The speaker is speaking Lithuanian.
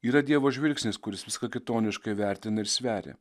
yra dievo žvilgsnis kuris viską kitoniškai vertina ir sveria